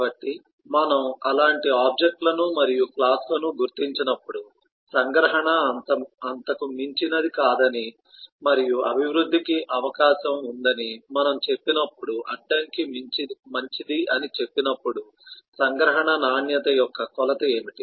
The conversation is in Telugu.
కాబట్టి మనము అలాంటి ఆబ్జెక్ట్ లను మరియు క్లాస్ లను గుర్తించినప్పుడు సంగ్రహణ అంత మంచిది కాదని మరియు అభివృద్దికి అవకాశం ఉందని మనము చెప్పినప్పుడు అడ్డంకి మంచిది అని చెప్పినప్పుడు సంగ్రహణ నాణ్యత యొక్క కొలత ఏమిటి